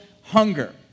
hunger